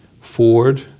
Ford